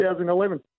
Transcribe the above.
2011